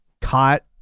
caught